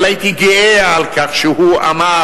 אבל הייתי גאה על כך שהוא אמר,